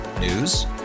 News